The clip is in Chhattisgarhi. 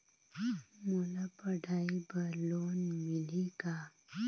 मोला पढ़ाई बर लोन मिलही का?